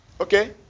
Okay